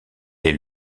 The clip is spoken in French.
est